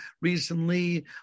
recently